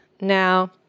Now